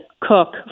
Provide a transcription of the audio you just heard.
cook